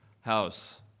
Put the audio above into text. house